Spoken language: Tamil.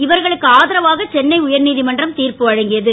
இவர்களுக்கு ஆதரவாக சென்னை உயர்நீதிமன்றம் திர்ப்பு வழங்கியது